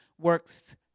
works